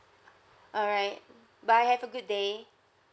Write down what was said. alright uh bye have a good day